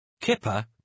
Kipper